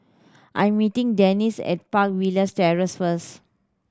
I'm meeting Dennis at Park Villas Terrace first